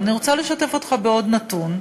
אבל אני רוצה לשתף אותך בעוד נתון.